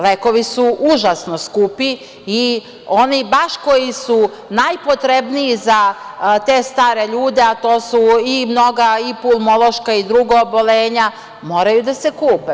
Lekovi su užasno skupi i baš oni koji su najpotrebniji za te stare ljude, a to su i mnoga pulmološka i druga oboljenja, moraju da se kupe.